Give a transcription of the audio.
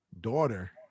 Daughter